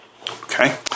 Okay